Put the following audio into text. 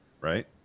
right